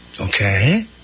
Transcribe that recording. Okay